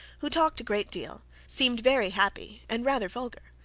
who talked a great deal, seemed very happy, and rather vulgar.